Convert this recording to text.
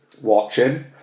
watching